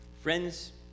Friends